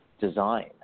design